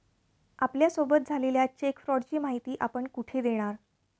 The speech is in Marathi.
आपल्यासोबत झालेल्या चेक फ्रॉडची माहिती आपण कुठे देणार?